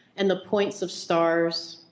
and the points of stars.